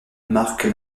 marque